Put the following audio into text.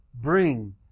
bring